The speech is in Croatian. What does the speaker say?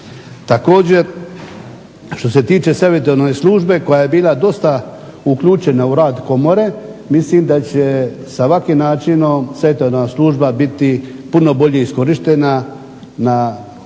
Također što se tiče savjetodavne službe koja je bila dosta uključena u rad Komore mislim da će sa ovakvim načinom savjetodavna služba biti puno bolje iskorištena na potrebu